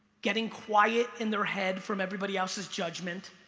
getting quiet in their head from everybody else's judgment,